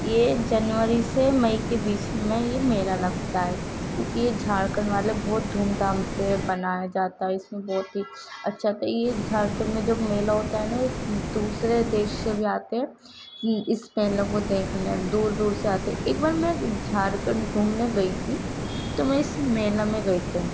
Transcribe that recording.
یہ جنوری سے مئی کے بیچ میں یہ میلہ لگتا ہے کیونکہ یہ جھارکھنڈ والا بہت دھوم دھام سے بنایا جاتا ہے اس میں بہت ہی اچّھا تو یہ جھاركھنڈ میں جو میلہ ہوتا ہے نا دوسرے دیش سے بھی آتے ہیں کہ اس میلہ کو دیکھنے دور دور سے آتے ہیں ایک بار میں جھارکھنڈ گھومنے گئی تھی تو میں اس میلہ میں گئی تو